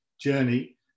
journey